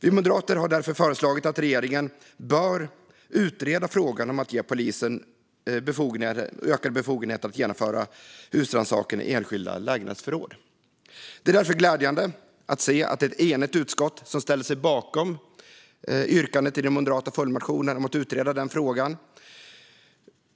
Vi moderater har därför föreslagit att regeringen ska utreda frågan om att ge polisen ökade befogenheter att genomföra husrannsakan i enskilda lägenhetsförråd. Det är därför glädjande att se att det är ett enigt utskott som ställer sig bakom yrkandet i den moderata följdmotionen om att utreda den frågan.